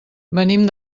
venim